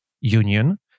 Union